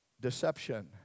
deception